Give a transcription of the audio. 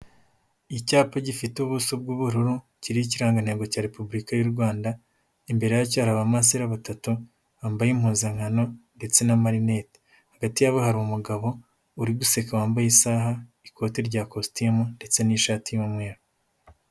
Icyapa gifite ubuso bw'ubururu, kiriho ikirangantego cya Repubulika y'u Rwanda, imbere y'acyo hari abamasera batatu, bambaye impuzankano ndetse n'amarinete, hagati yabo hari umugabo, uri guseka wambaye isaha, ikote rya kositimu, ndetse n'ishati y'umweru.